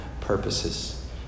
purposes